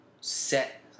set